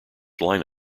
line